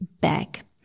back